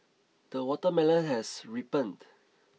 the watermelon has ripened